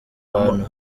ahantu